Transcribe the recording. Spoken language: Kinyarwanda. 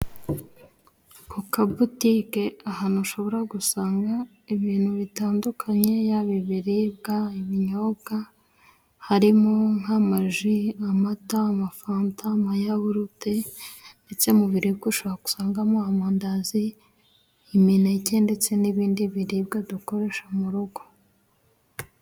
Ku kabutike ahantu ushobora gusanga ibintu bitandukanye. Yaba ibiribwa, ibinyobwa harimo nk'amaji, amata, amafanta, amayawurute ndetse mu biribwa ushobora gusangamo amandazi, imineke ndetse n'ibindi biribwa dukoresha mu rugo.